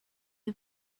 you